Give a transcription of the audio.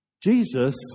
Jesus